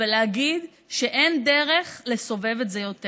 ולהגיד שאין דרך לסובב את זה יותר.